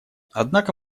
однако